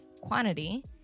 quantity